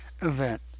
event